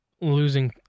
losing